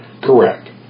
correct